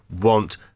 want